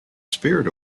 spirit